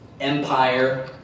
empire